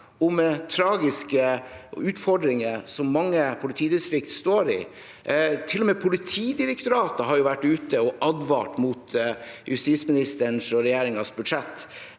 om tragiske utfordringer som mange politidistrikter står i. Til og med Politidirektoratet har vært ute og advart mot justisministerens og regjeringens budsjett.